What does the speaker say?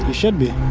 should be.